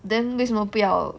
then 为什么不要